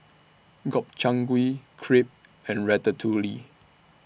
Gobchang Gui Crepe and Ratatouille